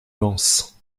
vans